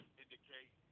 indicate